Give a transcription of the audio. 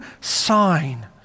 sign